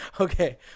okay